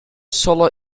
solo